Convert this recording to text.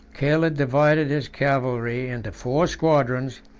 caled divided his cavalry into four squadrons,